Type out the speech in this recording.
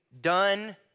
done